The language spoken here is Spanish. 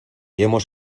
hemos